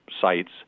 sites